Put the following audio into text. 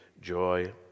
joy